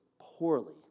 poorly